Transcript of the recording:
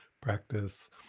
practice